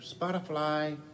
Spotify